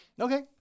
Okay